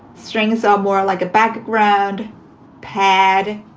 strings are more like a background pad.